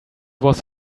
was